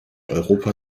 europa